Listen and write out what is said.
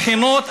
הבחינות,